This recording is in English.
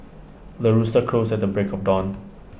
the rooster crows at the break of dawn